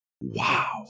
Wow